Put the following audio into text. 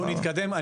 בואו נתקדם.